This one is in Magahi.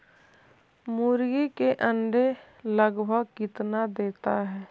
मुर्गी के अंडे लगभग कितना देता है?